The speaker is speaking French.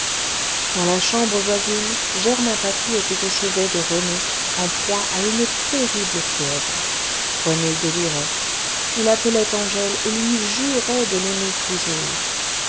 dans la chambre voisine germain patou était au chevet de rené en proie à une terrible fièvre rené délirait il appelait angèle et lui jurait de l'aimer toujours